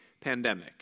pandemic